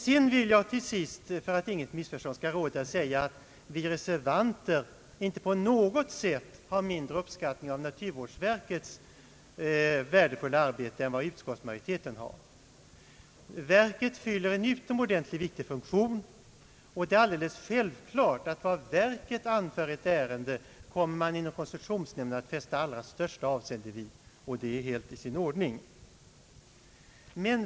För att inget missförstånd skall uppstå vill jag till sist framhålla att vi reservanter inte på något sätt har mindre uppskattning av naturvårdsverkets värdefulla arbete än vad utskottsmajoriteten har. Naturvårdsverket fyller en utomordentligt viktig funktion. Det är självklart att koncessionsnämnden kommer att fästa allra största avseende vid vad verket anför i ett koncessionsärende, och det är helt i sin ordning.